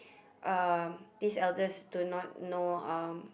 um these elders do not know um